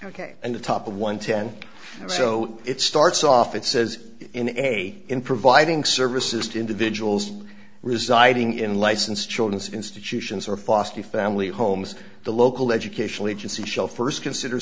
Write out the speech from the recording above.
ok and the top one ten so it starts off it says in a in providing services to individuals residing in licensed children's institutions or foster family homes the local educational agency shall first consider